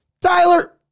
Tyler